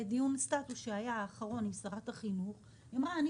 בדיון הסטטוס האחרון שהיה עם שרת החינוך היא אמרה שהם